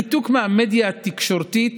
הניתוק מהמדיה התקשורתית,